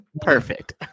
Perfect